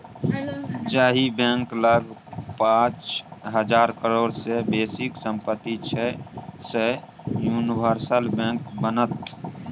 जाहि बैंक लग पाच हजार करोड़ सँ बेसीक सम्पति छै सैह यूनिवर्सल बैंक बनत